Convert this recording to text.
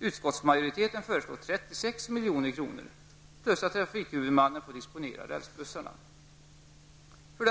Utskottsmajoriteten föreslår 36 milj.kr. plus att trafikhuvudmannen får disponera rälsbussarna. 2.